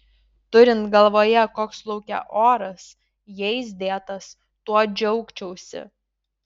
turint galvoje koks lauke oras jais dėtas tuo džiaugčiausi